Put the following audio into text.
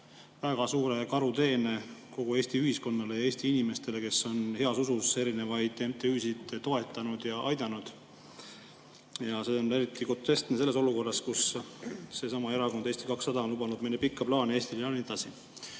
väga suure karuteene kogu Eesti ühiskonnale ja Eesti inimestele, kes on heas usus erinevaid MTÜ‑sid toetanud ja aidanud. See on eriti groteskne selles olukorras, kus seesama erakond Eesti 200 on lubanud pikka plaani Eestile ja nii